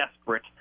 desperate